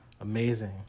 Amazing